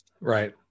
Right